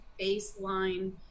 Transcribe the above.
baseline